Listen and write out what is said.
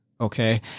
okay